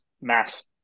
mass